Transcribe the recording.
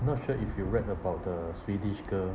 not sure if you read about the swedish girl